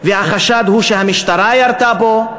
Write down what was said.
והחשד הוא שהמשטרה ירתה בו.